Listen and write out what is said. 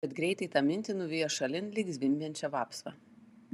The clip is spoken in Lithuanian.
bet greitai tą mintį nuvijo šalin lyg zvimbiančią vapsvą